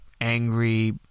angry